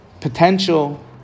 potential